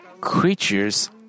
creatures